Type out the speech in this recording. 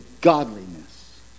godliness